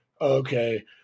okay